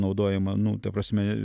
naudojama nu ta prasme